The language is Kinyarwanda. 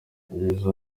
yagize